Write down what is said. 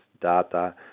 data